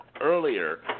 earlier